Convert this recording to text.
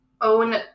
own